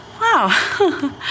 wow